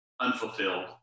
unfulfilled